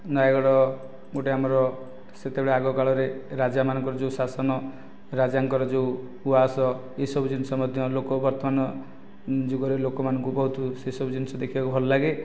ନୟାଗଡ଼ ଗୋଟେ ଆମର ସେତେବେଳେ ଆଗକାଳରେ ରାଜା ମାନଙ୍କର ଯେଉଁ ଶାସନ ରାଜାଙ୍କର ଯେଉଁ ଉଆସ ଏହି ସବୁ ଜିନିଷ ମଧ୍ୟ ଲୋକ ବର୍ତ୍ତମାନ ଯୁଗରେ ଲୋକମାନଙ୍କୁ ବହୁତ ସେସବୁ ଜିନିଷ ଦେଖିବାକୁ ଭଲ ଲାଗେ